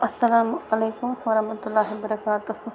اَلسَلامُ علیکُم وَرحمَتُ اللہِ وبرَکاتَہُہ